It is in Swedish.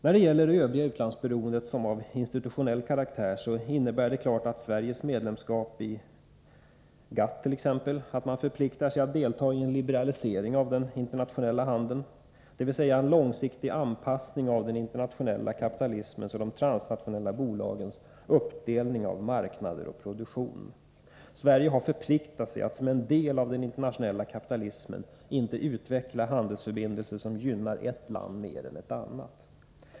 När det gäller det övriga utlandsberoendet, som är av institutionell karaktär, innebär Sveriges medlemskap i t.ex. GATT att man förpliktar sig att delta i en liberalisering av den internationella handeln, dvs. en långsiktig anpassning av den internationella kapitalismens och de transnationella bolagens uppdelning av marknader och produktion. Sverige har förpliktat sig att som en del av den internationella kapitalismen inte utveckla handelsförbindelser som gynnar ett land mer än ett annat.